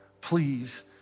please